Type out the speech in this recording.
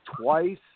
twice